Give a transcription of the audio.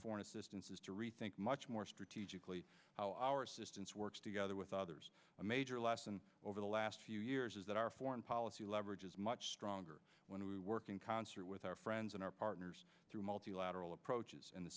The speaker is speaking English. foreign assistance is to rethink much more strategically how our assistance works together with others a major lesson over the last few years is that our foreign policy leverage is much stronger when we work in concert with our friends and our partners through multilateral approaches and the